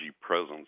presence